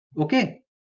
okay